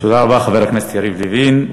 תודה רבה, חבר הכנסת יריב לוין.